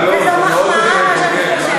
זה מה שאני חושבת עליך.